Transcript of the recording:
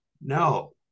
no